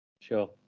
Sure